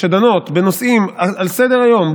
שדנות בנושאים על סדר-היום,